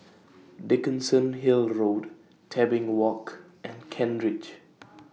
Dickenson Hill Road Tebing Walk and Kent Ridge